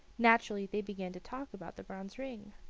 naturally they began to talk about the bronze ring.